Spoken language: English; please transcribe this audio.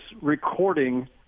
recording